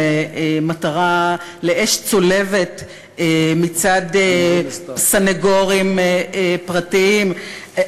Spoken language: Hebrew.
למטרה לאש צולבת מצד סנגורים פרטיים.